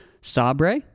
Sabre